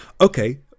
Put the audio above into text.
okay